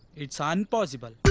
it is ah unpossible.